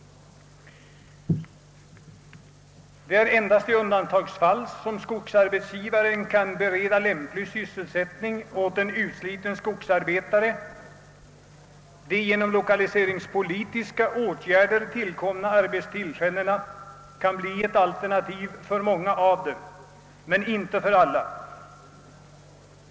Det är endast i undantagsfall som skogsarbetsgivaren kan bereda lämplig sysselsättning åt en utsliten skogsarbetare. De genom lokaliseringspolitiken tillkomna arbetstillfällena kan bli ett alternativ för många av dem, men inte för alla.